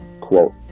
quote